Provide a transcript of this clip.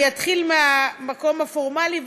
אני אתחיל מהמקום הפורמלי,